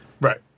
Right